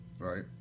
Right